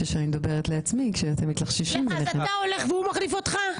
אתה הולך והוא מחליף אותך?